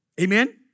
Amen